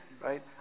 Right